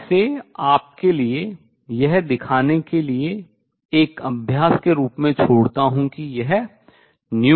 मैं इसे आपके लिए यह दिखाने के लिए एक अभ्यास के रूप में छोड़ता हूँ कि यह classical है